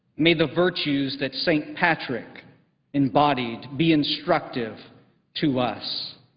may the virtues that st. patrick embodied be instructive to us.